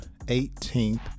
18th